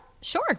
Sure